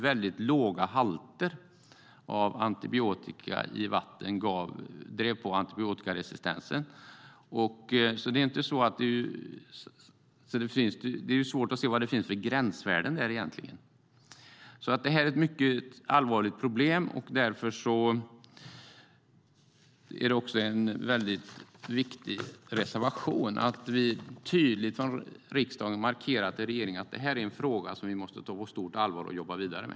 Väldigt låga halter av antibiotika i vatten driver på antibiotikaresistens, så det är svårt att se vad det finns för gränsvärden. Detta är alltså ett mycket allvarligt problem, och därför är detta också en viktig reservation. Det är viktigt att riksdagen tydligt markerar att det här är en fråga som regeringen måste ta på stort allvar och jobba vidare med.